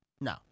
No